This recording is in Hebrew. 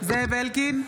זאב אלקין,